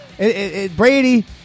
Brady